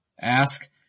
Ask